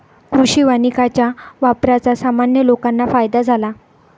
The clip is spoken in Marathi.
कृषी वानिकाच्या वापराचा सामान्य लोकांना फायदा झाला